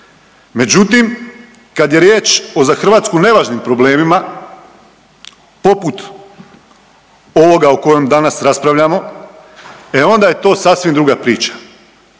Međutim, kad je riječ o za Hrvatsku nevažnim problemima poput ovoga o kojem danas raspravljamo, e onda je to sasvim druga priča.